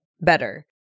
better